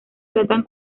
tratan